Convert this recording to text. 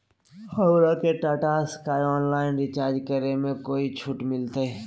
हमरा के Tata sky online recharge करे में कोई छूट मिलतई